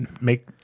make